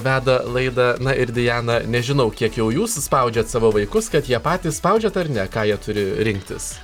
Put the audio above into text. veda laidą na ir diana nežinau kiek jau jūs spaudžiat savo vaikus kad jie patys spaudžiat ar ne ką jie turi rinktis